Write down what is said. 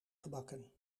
gebakken